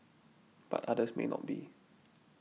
but others may not be